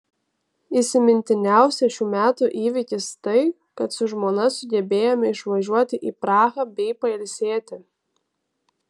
įsimintiniausias šių metų įvykis tai kad su žmona sugebėjome išvažiuoti į prahą bei pailsėti